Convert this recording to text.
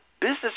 business